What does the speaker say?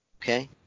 okay